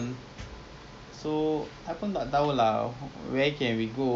semalam I pergi cold storage ada stock so baru beli lah ya